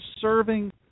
serving